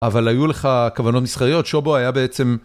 אבל היו לך כוונות מסחריות, שובו היה בעצם...